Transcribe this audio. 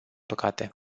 păcate